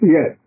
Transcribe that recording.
Yes